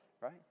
right